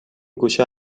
گوشه